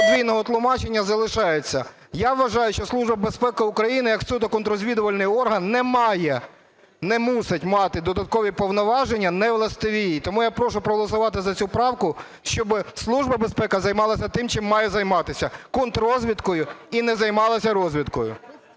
додаткові повноваження невластиві їй. Тому я прошу проголосувати за цю правку, щоб Служба безпеки займалася тим чим має займатися – контррозвідкою і не займалася розвідкою.